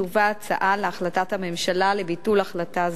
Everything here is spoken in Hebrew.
תובא להחלטת הממשלה ההצעה לביטול החלטה זו,